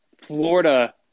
Florida